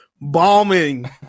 bombing